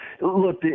Look